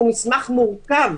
שהוא מסמך מורכב,